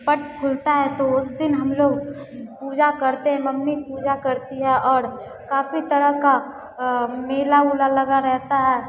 पट खुलता है तो उस दिन हमलोग पूजा करते हैं मम्मी पूजा करती हैं और काफी तरह का मेला उला लगा रहता है